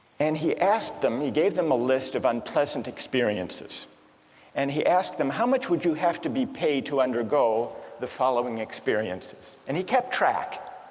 and he asked them, he gave them a list of unpleasant experiences and he asked them how much would you have to be paid to undergo the following experiences and he kept track